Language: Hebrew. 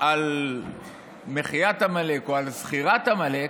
על מחיית עמלק או על זכירת עמלק,